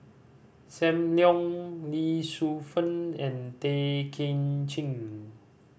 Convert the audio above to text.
Sam Leong Lee Shu Fen and Tay Kay Chin